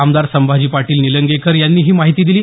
आमदार संभाजी पाटील निलंगेकर यांनी ही माहिती दिली